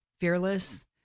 fearless